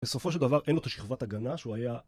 בסופו של דבר אין לו את שכבת הגנה שהוא היה